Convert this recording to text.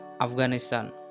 Afghanistan